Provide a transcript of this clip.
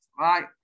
Right